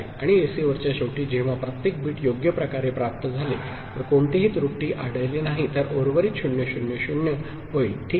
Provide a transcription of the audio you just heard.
आणि रिसीव्हरच्या शेवटी जेव्हा प्रत्येक बीट योग्य प्रकारे प्राप्त झाले तर कोणतीही त्रुटी आढळली नाही तर उर्वरित 0 0 0 होईल ठीक आहे